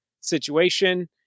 situation